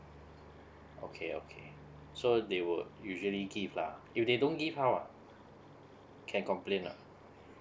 okay okay so they were usually give lah if they don't give how ah can complain ah